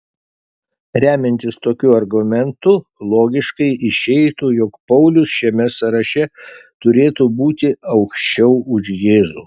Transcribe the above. remiantis tokiu argumentu logiškai išeitų jog paulius šiame sąraše turėtų būti aukščiau už jėzų